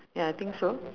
ya I think so